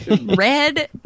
red